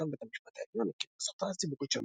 ובעקבותיו בית המשפט העליון הכיר בזכותה הציבורית של